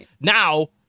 Now